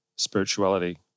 spirituality